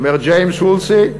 אומר ג'יימס וולסי,